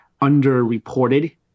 underreported